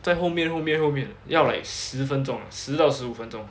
在后面后面后面要 like 十分钟 ah 十到十五分钟